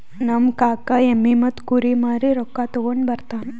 ನಮ್ ಕಾಕಾ ಎಮ್ಮಿ ಮತ್ತ ಕುರಿ ಮಾರಿ ರೊಕ್ಕಾ ತಗೊಂಡ್ ಬರ್ತಾನ್